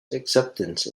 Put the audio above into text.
acceptance